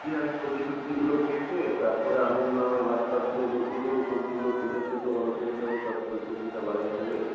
ঠিক আছে আমি সবজি টবজিগুলো কেটে তারপরে আমিও না হয় ভাত টাতগুলো বসিয়ে দেব সবজিগুলো কেটে দিলে তোমারও সুবিধা হবে চট করে সবজিটা বানিয়ে নেবে